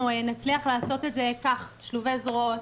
נצליח לעשות את זה כך שלובי זרועות,